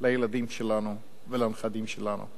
לילדים שלנו ולנכדים שלנו.